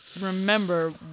remember